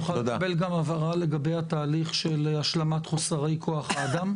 נוכל לקבל גם הבהרה לגבי התהליך של השלמת חוסרי כוח האדם?